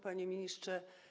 Panie Ministrze!